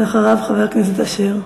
ואחריו, חבר הכנסת אשר.